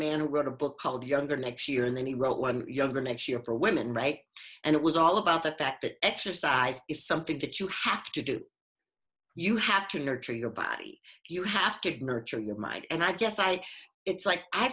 man who wrote a book called younger next year and then he wrote when younger next year for women right and it was all about that that that exercise is something that you have to do you have to nurture your body you have to ignore or change your mind and i guess i it's like i